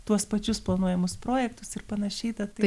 tuos pačius planuojamus projektus ir panašiai tad